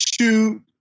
shoot